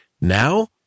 Now